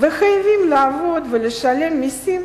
ולא חייבים לעבוד ולשלם מסים